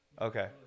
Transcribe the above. Okay